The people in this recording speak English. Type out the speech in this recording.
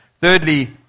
thirdly